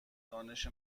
دانش